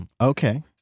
Okay